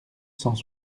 cent